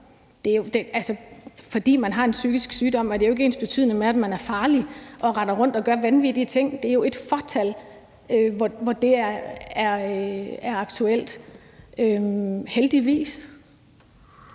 Fordi man har en psykisk sygdom, er det jo ikke ensbetydende med, at man er farlig og render rundt og gør vanvittige ting. Det er jo et fåtal, hvor det er aktuelt, heldigvis.